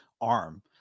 arm